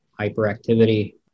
hyperactivity